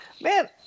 man